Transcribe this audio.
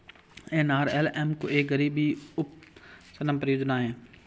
NRLM एक गरीबी उपशमन परियोजना है